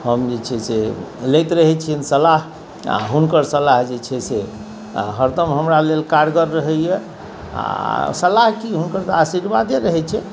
हम जे छै से लैत रहै छियनि सलाह आओर हुनकर सलाह जे छै से हरदम हमरा लेल कारगर रहैए आओर सलाह की हुनकर तऽ आशीर्वादे रहै छै